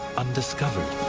undiscovered?